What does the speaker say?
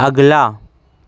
اگلا